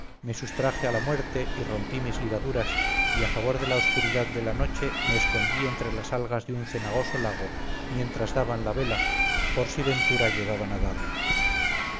me sustraje a la muerte y rompí mis ligaduras y a favor de la oscuridad de la noche me escondí entre las algas de un cenagoso lago mientras daban la vela si por ventura llegaban a darla